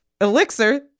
elixir